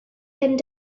and